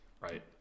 right